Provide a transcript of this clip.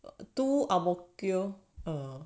two ang mo kio